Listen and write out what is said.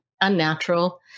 unnatural